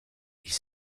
ils